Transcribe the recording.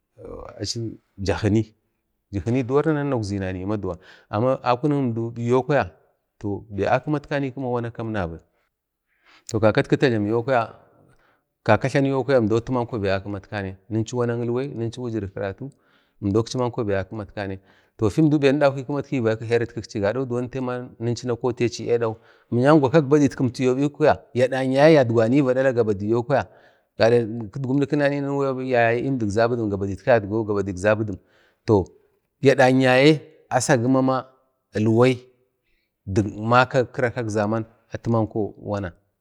achi jakini duwar na naukzinanai maduwa, amma akunik əmdo biyo kwaya to be fiakimatka gima ilwai nabai, to ka katu ta jlami yo kwaya kaka sham yo kwaya imdot man ko ba akmatkani ninchu wanak ilwai, ninchu wujir karatu achinanko fi akimatkanai to findau be ni daku ikimatkanai ni vaikuk herinsi gado za tiba ninchu na kotechi adawu mi yanka gadak yadgwani adan yaye ni əmdik zabudin gabadai to yadan yaye ask nanai kak zabudim.